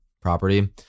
property